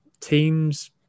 teams